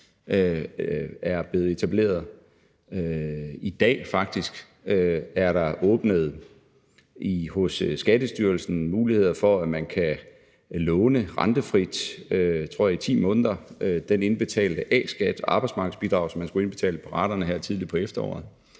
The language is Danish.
er blevet etableret. I dag er der faktisk hos Skattestyrelsen åbnet muligheder for, at man rentefrit i 10 måneder, tror jeg det er, kan låne den indbetalte A-skat og det arbejdsmarkedsbidrag, som man skulle indbetale ratemæssigt her tidligt på efteråret.